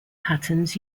patterns